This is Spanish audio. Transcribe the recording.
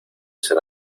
ser